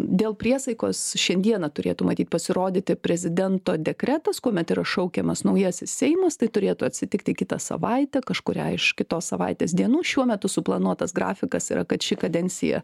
dėl priesaikos šiandieną turėtų matyt pasirodyti prezidento dekretas kuomet yra šaukiamas naujasis seimas tai turėtų atsitikti kitą savaitę kažkurią iš kitos savaitės dienų šiuo metu suplanuotas grafikas yra kad ši kadencija